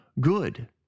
good